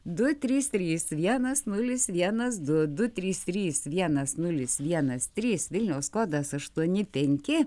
du trys trys vienas nulis vienas du du trys trys vienas nulis vienas trys vilniaus kodas aštuoni penki